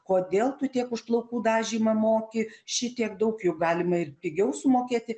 kodėl tu tiek už plaukų dažymą moki šitiek daug juk galima ir pigiau sumokėti